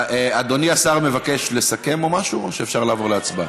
אדוני השר מבקש לסכם או משהו או שאפשר לעבור להצבעה?